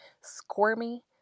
squirmy